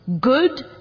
good